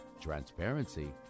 transparency